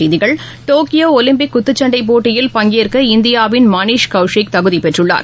விளையாட்டுச்செய்திகள் Tokyo Olympic குத்துச்சன்டை போட்டியில் பங்கேற்க இந்தியாவின் மனீஷ் கௌஷிக் தகுதி பெற்றுள்ளார்